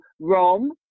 Rome